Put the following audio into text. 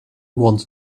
want